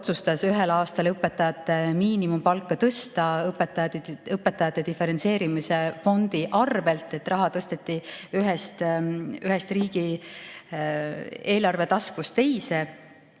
ühel aastal õpetajate miinimumpalka tõsta õpetajate diferentseerimise fondi arvel, raha tõsteti ühest riigieelarvetaskust teise.